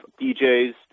DJs